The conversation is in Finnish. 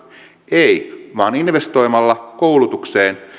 ei vaan investoimalla koulutukseen